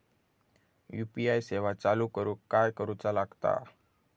UPI सेवा चालू करूक काय करूचा लागता?